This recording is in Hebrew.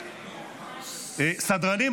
סדרנים,